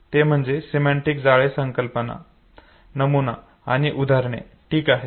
ते म्हणजे सिमेंटिक जाळे संकल्पना नमुना आणि उदाहरणे ठीक आहे